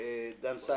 זו הבעיה שלנו.